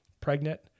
pregnant